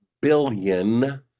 billion